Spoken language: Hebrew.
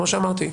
כמו שאמרתי,